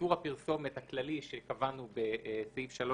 לאיסור הפרסומת הכללי שקבענו בסעיף 3